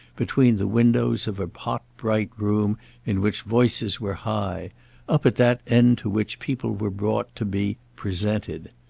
between the windows of a hot bright room in which voices were high up at that end to which people were brought to be presented.